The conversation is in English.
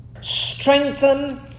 Strengthen